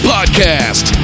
Podcast